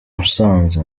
musanze